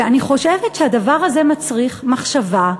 ואני חושבת שהדבר הזה מצריך מחשבה,